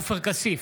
עופר כסיף,